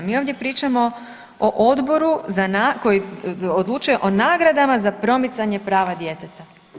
Mi ovdje pričamo o odboru koji odlučuje o nagradama za promicanje prava djeteta.